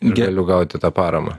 galiu gauti tą paramą